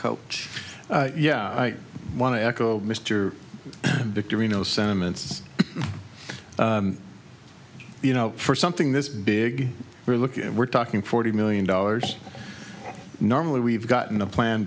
coach yeah i want to echo mr victory no sentiments you know for something this big we're looking at we're talking forty million dollars normally we've gotten a plan